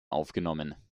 aufgenommen